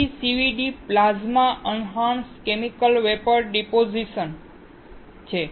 PECVD plasma enhanced chemical vapour deposition છે